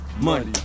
Money